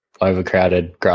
overcrowded